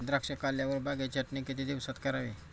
द्राक्षे काढल्यावर बागेची छाटणी किती दिवसात करावी?